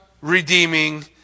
redeeming